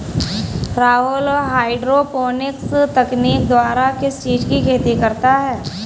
Rahul hydroponics तकनीक द्वारा किस चीज की खेती करता है?